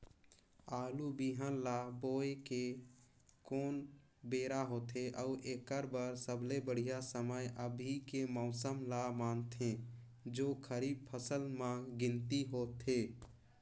आलू बिहान ल बोये के कोन बेरा होथे अउ एकर बर सबले बढ़िया समय अभी के मौसम ल मानथें जो खरीफ फसल म गिनती होथै?